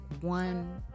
one